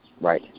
Right